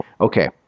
Okay